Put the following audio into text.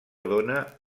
dóna